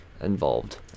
involved